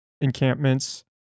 encampments